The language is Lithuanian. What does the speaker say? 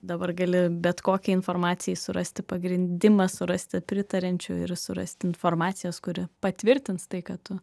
dabar gali bet kokiai informacijai surasti pagrindimą surasti pritariančių ir surasti informacijos kuri patvirtins tai ką tu